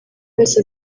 wese